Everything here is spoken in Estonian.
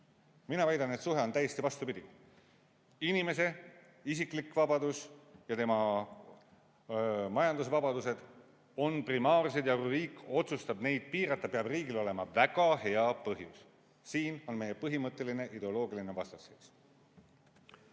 Mina väidan, et suhe on täiesti vastupidine: inimese isiklik vabadus ja tema majandusvabadused on primaarsed, ja kui riik otsustab neid piirata, peab riigil olema väga hea põhjus. Siin on meie põhimõtteline ideoloogiline vastasseis.